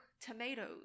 tomatoes